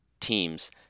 teams